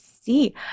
see